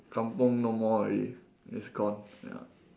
kampung no more already it's gone ya